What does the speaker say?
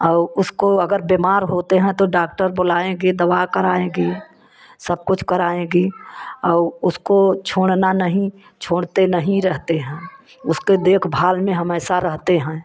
और उसको अगर बिमार होते हैं तो डाक्टर बोलाएंगी दवा कराएंगी सब कुछ कराएंगी और उसको छोड़ना नहीं छोड़ते नहीं रहते हैं उसके देखभाल में हमेशा रहते हैं